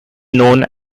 known